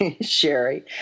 Sherry